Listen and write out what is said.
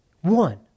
one